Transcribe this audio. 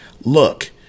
look